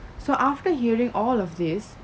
so after hearing all of this